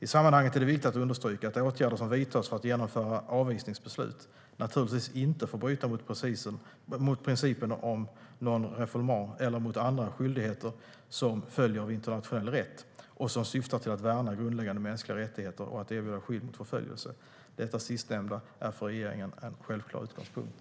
I sammanhanget är det viktigt att understryka att åtgärder som vidtas för att genomföra avvisningsbeslut naturligtvis inte får bryta mot principen om non-refoulement eller mot andra skyldigheter som följer av internationell rätt och som syftar till att värna grundläggande mänskliga rättigheter och att erbjuda skydd mot förföljelse. Detta sistnämnda är för regeringen en självklar utgångspunkt.